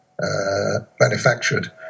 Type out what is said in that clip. manufactured